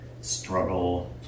struggle